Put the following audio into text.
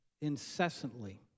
incessantly